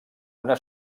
una